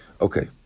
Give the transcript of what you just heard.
Okay